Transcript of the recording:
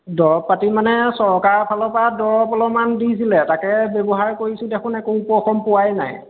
দৰৱ পাতি মানে চৰকাৰৰ ফালৰ পৰা দৰৱ অলপমান দিছিলে তাকে ব্যৱহাৰ কৰিছোঁ দেখোন একো উপশম পোৱাই নাই